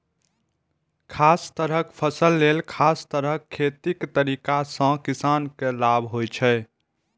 खास तरहक फसल लेल खास तरह खेतीक तरीका सं किसान के लाभ होइ छै